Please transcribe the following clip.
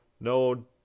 no